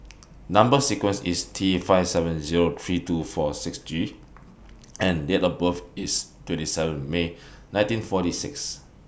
Number sequence IS T five seven Zero three two four six G and Date of birth IS twenty seven May nineteen forty six